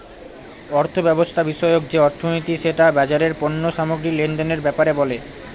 অর্থব্যবস্থা বিষয়ক যে অর্থনীতি সেটা বাজারের পণ্য সামগ্রী লেনদেনের ব্যাপারে বলে